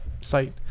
site